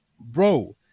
Bro